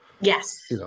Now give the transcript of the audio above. Yes